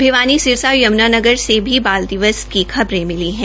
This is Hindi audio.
भिवानी सिरसा और यम्नानगर से भी बाल दिवस की खबरे मिली है